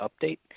Update